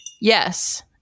Yes